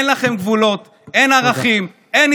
אין לכם גבולות, אין ערכים, תודה.